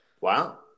wow